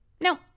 no